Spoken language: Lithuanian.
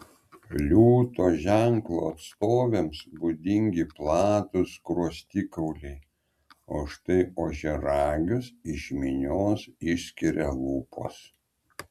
liūto ženklo atstovėms būdingi platūs skruostikauliai o štai ožiaragius iš minios išskiria lūpos